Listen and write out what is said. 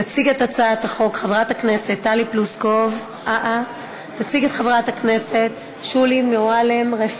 תציג את הצעת החוק חברת הכנסת שולי מועלם-רפאלי,